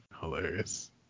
Hilarious